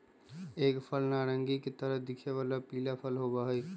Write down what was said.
एक फल नारंगी के तरह दिखे वाला पीला फल होबा हई